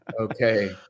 Okay